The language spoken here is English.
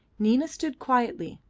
nina stood quietly,